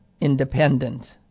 independent